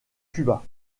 cuba